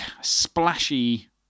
splashy